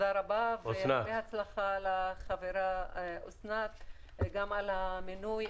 הרבה הצלחה לחברה אסנת על המינוי,